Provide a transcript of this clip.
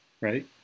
right